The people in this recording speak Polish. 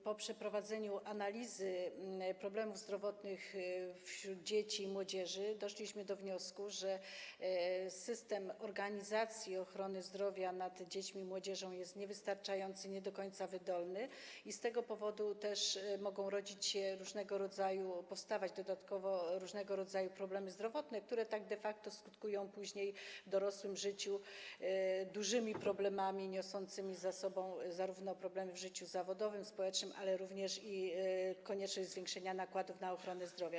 Po przeprowadzeniu analizy problemów zdrowotnych wśród dzieci i młodzieży doszliśmy do wniosku, że system organizacji ochrony zdrowia dzieci i młodzieży jest niewystarczający, nie do końca wydolny i z tego powodu też mogą rodzić się, powstawać dodatkowo różnego rodzaju problemy zdrowotne, które de facto skutkują później, w dorosłym życiu dużymi problemami niosącymi ze sobą zarówno trudności w życiu zawodowym, społecznym, ale również konieczność zwiększenia nakładów na ochronę zdrowia.